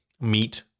meat